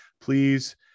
please